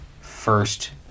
first